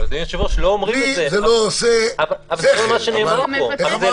לי זה לא עושה שכל -- אדוני היושב-ראש,